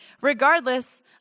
regardless